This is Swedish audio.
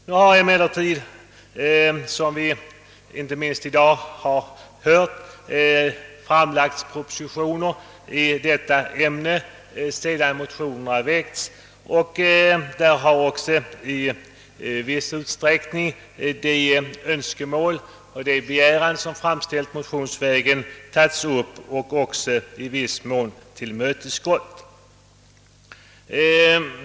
| Nu har emellertid — såsom påpekats bl.a. här i dag — framlagts propositioner i ämnet, i vilka de önskemål som framförts motionsvägen tagits upp och i viss mån tillmötesgåtts.